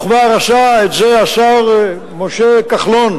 כבר עשה את זה השר משה כחלון